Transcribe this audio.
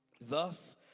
thus